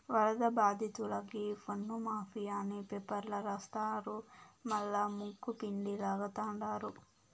వరద బాధితులకి పన్నుమాఫీ అని పేపర్ల రాస్తారు మల్లా ముక్కుపిండి లాగతండారు